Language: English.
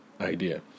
idea